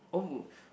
oh